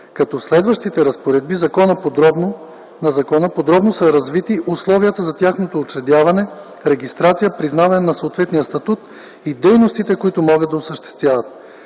като в следващите разпоредби на закона подробно са развити условията за тяхното учредяване, регистрация, признаване на съответния статут и дейностите, които могат да осъществяват.